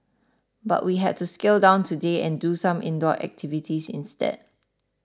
but we had to scale down today and do some indoor activities instead